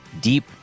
deep